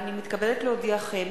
הנני מתכבדת להודיעכם,